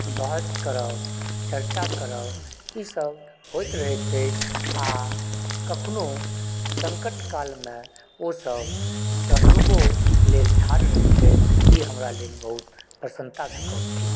बहस करब चर्चा करब ई सब होइत रहैत अछि आ कखनो संकट कालमे ओ सब सहयोगो लेल ठाढ रहै छथि ई हमरा लेल बहुत प्रसन्नता कऽ गप थिक